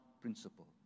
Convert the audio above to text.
principle